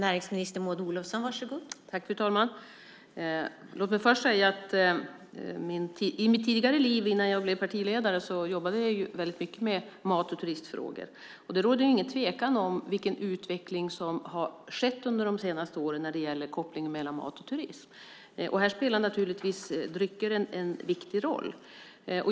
Fru talman! Låt mig först säga att i mitt tidigare liv innan jag blev partiledare jobbade jag väldigt mycket med mat och turistfrågor. Det råder ingen tvekan om vilken utveckling som har skett under de senaste åren när det gäller kopplingen mellan mat och turism. Här spelar drycker naturligtvis en viktig roll.